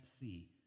see